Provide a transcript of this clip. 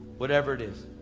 whatever it is.